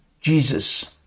Jesus